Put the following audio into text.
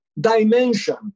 dimension